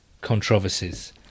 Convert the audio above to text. controversies